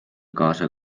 kaasa